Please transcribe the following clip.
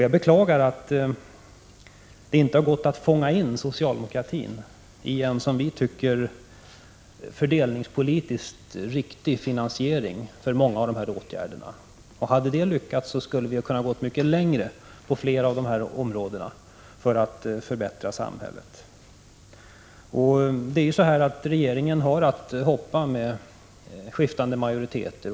Jag beklagar att det inte gått att fånga in socialdemokratin för en, som vi tycker, fördelningspolitiskt riktig finansiering av många av dessa åtgärder. Hade det lyckats, skulle vi ha kunnat gå mycket längre på flera av dessa områden för att förbättra samhället. Regeringen har att hoppa mellan skiftande majoriteter.